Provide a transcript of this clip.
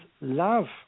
love